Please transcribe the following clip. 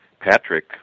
Patrick